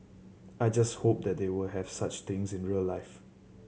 I just hope that they will have such things in real life